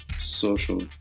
social